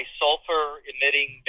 sulfur-emitting